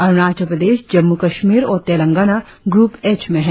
अरुणाचल प्रदेश जम्मू कश्मीर और Telangana group H में है